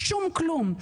שום כלום.